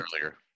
earlier